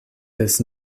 this